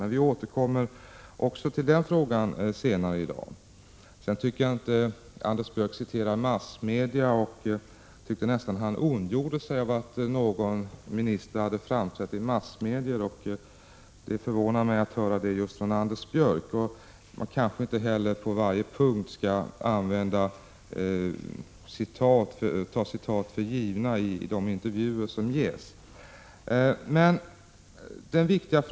Men vi återkommer också till detta senare i dag. Anders Björck citerade massmedia, och jag tyckte nästan att han ondgjorde sig över att någon minister framträtt där. Det förvånar mig att höra sådana uttalanden just från Anders Björck. Man skall kanske inte heller på varje punkt ta allt som sägs i de intervjuer som ges för givet.